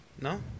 No